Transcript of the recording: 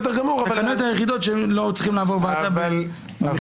התקנות היחידות שלא צריכות לעבור ועדה.